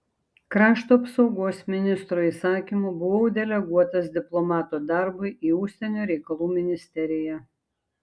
krašto apsaugos ministro įsakymu buvau deleguotas diplomato darbui į užsienio reikalų ministeriją